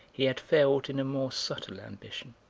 he had failed in a more subtle ambition,